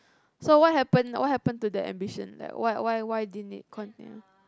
so what happen what happen to the ambition like why why why didn't it con~ yeah